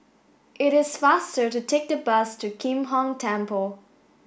it is faster to take the bus to Kim Hong Temple